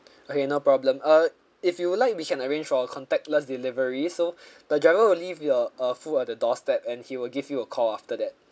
okay no problem uh if you would like we can arrange for a contactless delivery so the driver will leave your uh food at the doorstep and he will give you a call after that